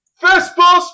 Fastball